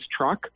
truck